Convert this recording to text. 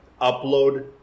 upload